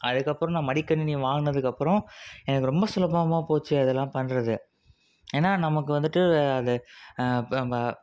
அதுக்கப்புறம் மடிக்கணினி வாங்கினதுக்கப்பறம் எனக்கு ரொம்ப சுலபமாக போச்சு அதெல்லாம் பண்றது ஏன்னா நமக்கு வந்துட்டு அது இப்போ நம்ம